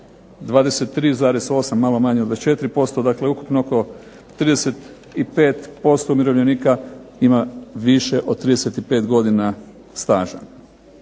23,8 malo manje od 24%, dakle ukupno oko 35% umirovljenika ima više od 35 godina staža.